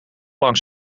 lang